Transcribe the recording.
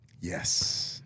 Yes